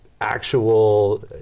Actual